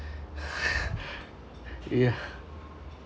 yeah